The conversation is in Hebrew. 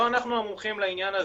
לא אנחנו המומחים לעניין הזה.